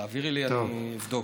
תעבירי לי, אני אבדוק.